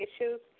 issues